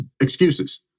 excuses